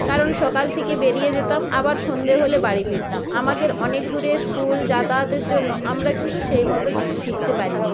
কারণ সকাল থেকে বেরিয়ে যেতাম আবার সন্ধ্যে হলে বাড়ি ফিরতাম আমাদের অনেক দূরে স্কুল যাতায়াতের জন্য আমরা কিন্তু সেই মতো কিছু শিখতে পারিনি